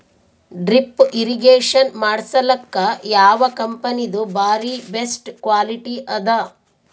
Drip irrigation ಮಾಡಸಲಕ್ಕ ಯಾವ ಕಂಪನಿದು ಬಾರಿ ಬೆಸ್ಟ್ ಕ್ವಾಲಿಟಿ ಅದ?